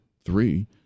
three